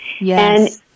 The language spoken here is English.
Yes